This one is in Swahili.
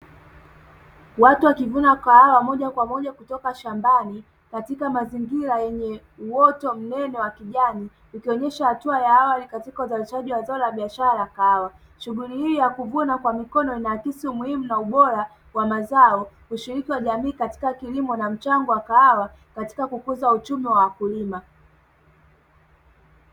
Watu wakivuna kahawa moja kwa moja kutoka shambani katika mazingira yenye uoto mnene wa kijani ukionyesha hatua ya awali katika uzalishaji wa zao la biashara ya kahawa. Shughuli hii ya kuvuna kwa mikono inaakisi umuhimu na ubora wa mazao, ushiriki wa jamii katika kilimo na mchango wa kahawa katika kukuza uchumi wa wakulima.